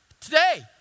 Today